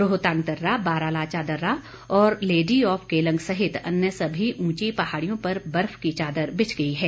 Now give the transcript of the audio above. रोहतांग दर्रा बारालाचा दर्रा और लेडी ऑफ केलंग सहित अन्य सभी ऊंची पहाड़ियों पर बर्फ की चादर बिछ गई है